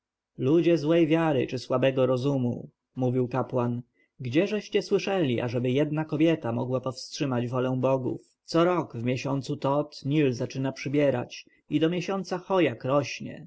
ludzie złej wiary czy słabego rozumu mówił kapłan gdzieżeście słyszeli ażeby jedna kobieta mogła powstrzymać wolę bogów co rok w miesiącu tot nil zaczyna przybierać i do miesiąca choiak rośnie